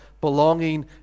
belonging